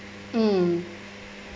mm